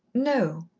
no,